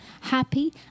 happy